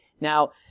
Now